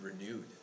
renewed